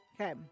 Okay